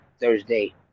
Thursday